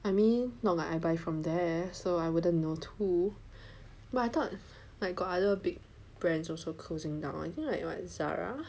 oh I mean not like I buy from there so I wouldn't know too but I thought like got other big brands also closing down [what] like [what] Zara